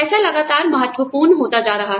पैसा लगातार महत्वपूर्ण होता जा रहा है